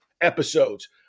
episodes